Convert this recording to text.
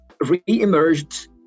re-emerged